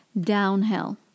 downhill